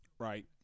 Right